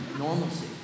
Normalcy